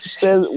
says